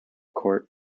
court